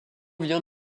vient